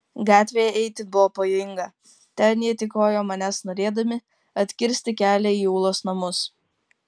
gatve eiti buvo pavojinga ten jie tykojo manęs norėdami atkirsti kelią į ulos namus